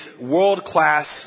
world-class